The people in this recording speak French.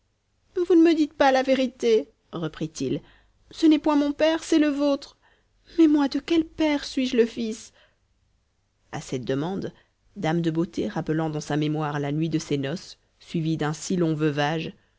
vous ne me dites pas la vérité reprit-il ce n'est point mon père c'est le vôtre mais moi de quel père suis-je le fils à cette demande dame de beauté rappelant dans sa mémoire la nuit de ses noces suivie d'un si long